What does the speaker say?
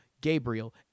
Gabriel